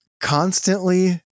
constantly